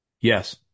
Yes